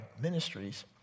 ministries